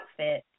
outfit